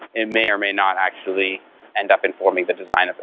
it may or may not actually end up in forming the design of